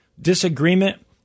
disagreement